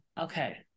Okay